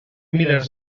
milers